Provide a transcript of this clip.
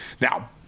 Now